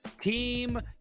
team